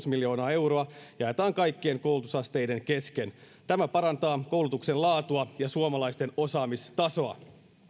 euroa jaetaan kaikkien koulutusasteiden kesken tämä parantaa koulutuksen laatua ja suomalaisten osaamistasoa hallitus